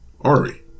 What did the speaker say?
Ari